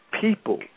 people